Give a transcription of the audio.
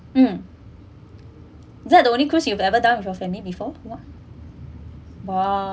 um is that the only cruise you have ever done with your family before ya !wah!